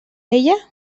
ella